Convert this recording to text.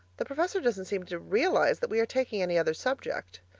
the professor doesn't seem to realize that we are taking any other subject.